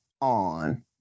on